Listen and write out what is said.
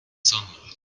sunlight